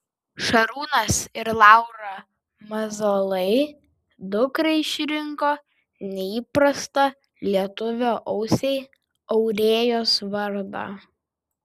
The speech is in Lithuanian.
šarūnas ir laura mazalai dukrai išrinko neįprastą lietuvio ausiai aurėjos vardą